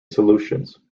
solutions